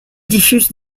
diffuse